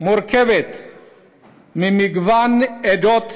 מורכבת ממגוון עדות